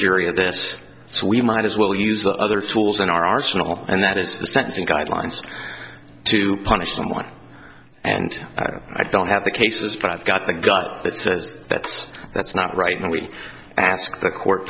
jury of this so we might as well use the other tools in our arsenal and that is the sentencing guidelines to punish someone and i don't have the cases but i've got the gun that says that's that's not right and we ask the co